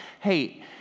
hey